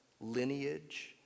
lineage